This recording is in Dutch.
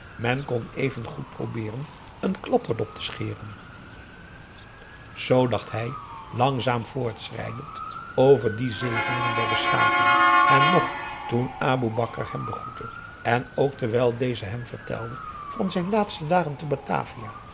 men kon even goed probeeren een klapperdop te scheren zoo dacht hij langzaam voortschrijdend over die zegeningen der beschaving en nog toen aboe bakar hem begroette en ook terwijl deze hem vertelde van zijn laatste dagen te batavia